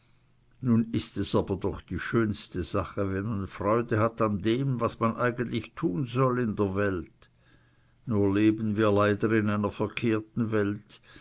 nun ist es aber doch die schönste sache wenn man freude hat an dem was man eigentlich tun soll in der welt nun leben wir leider in einer verkehrten well